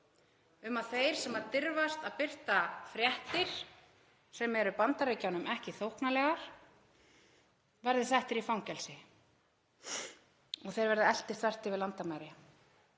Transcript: um að þeir sem dirfast að birta fréttir sem eru Bandaríkjunum ekki þóknanlegar verði settir í fangelsi og verði eltir þvert yfir landamæri.